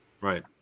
Right